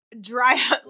dry